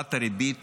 העלאת הריבית